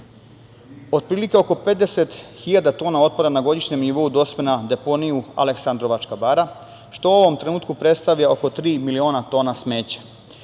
Palić. Otprilike oko 50.000 tona otpada na godišnjem nivou dospe na deponiju Aleksandrovačka bara, što u ovom trenutku predstavlja oko tri miliona tona smeća.